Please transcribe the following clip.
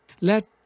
Let